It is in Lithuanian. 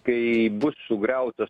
kai bus sugriautas